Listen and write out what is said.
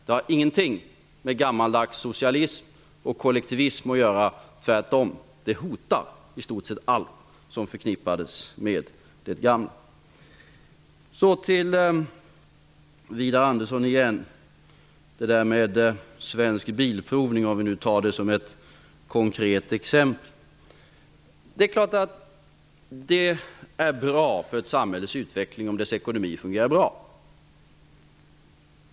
Det har ingenting med gammaldags socialism och kollektivism att göra, tvärtom. Det hotar i stort sett allt som förknippades med det gamla. Så återigen till Widar Andersson. Vi tar fallet med Svensk bilprovning som ett konkret exempel. Det är klart att det är bra för ett samhälles utveckling om dess ekonomi fungerar bra.